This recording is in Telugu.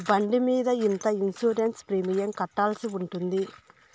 బండి మీద ఎంత ఇన్సూరెన్సు ప్రీమియం కట్టాల్సి ఉంటుంది?